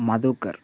Madhukar